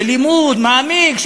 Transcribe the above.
בלימוד מעמיק,